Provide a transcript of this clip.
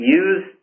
use